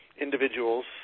individuals